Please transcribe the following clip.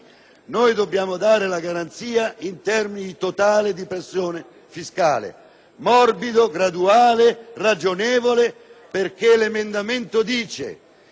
morbido, graduale e ragionevole. Infatti, l'emendamento dice che nei primi due anni verrà attuato il federalismo, nei due anni successivi